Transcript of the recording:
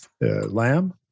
lamb